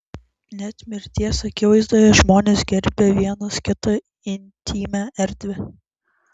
net mirties akivaizdoje žmonės gerbia vienas kito intymią erdvę